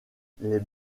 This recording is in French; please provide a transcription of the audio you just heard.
les